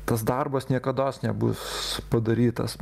tas darbas niekados nebus padarytas